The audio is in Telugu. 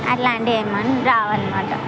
అట్లాంటివి ఏం రావనమాట